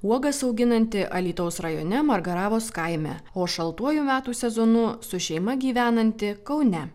uogas auginanti alytaus rajone margaravos kaime o šaltuoju metų sezonu su šeima gyvenanti kaune